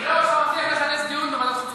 אני לא אוכל להבטיח לזמן דיון בוועדת חוץ וביטחון.